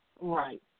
Right